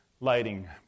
lighting